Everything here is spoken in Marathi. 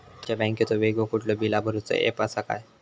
तुमच्या बँकेचो वेगळो कुठलो बिला भरूचो ऍप असा काय?